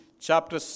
chapter